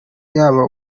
yaba